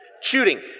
Shooting